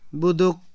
buduk